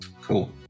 Cool